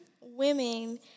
women